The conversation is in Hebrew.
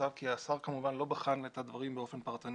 בצו כי השר לא בחן את הדברים באופן פרטני,